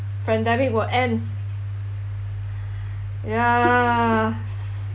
pandemic will end ya